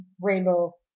rainbow